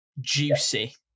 juicy